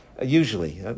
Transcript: usually